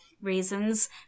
Reasons